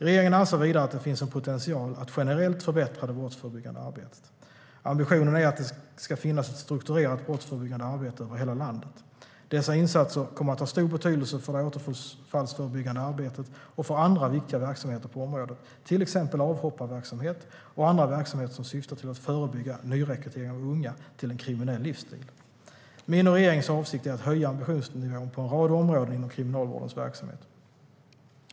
Regeringen anser vidare att det finns potential att generellt förbättra det brottsförebyggande arbetet. Ambitionen är att det ska finnas ett strukturerat brottsförebyggande arbete över hela landet. Dessa insatser kommer att ha stor betydelse för det återfallsförebyggande arbetet och för andra viktiga verksamheter på området, till exempel avhopparverksamhet och andra verksamheter som syftar till att förebygga nyrekrytering av unga till en kriminell livsstil. Min och regeringens avsikt är att höja ambitionsnivån på en rad områden inom Kriminalvårdens verksamhet.